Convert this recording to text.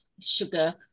sugar